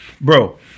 Bro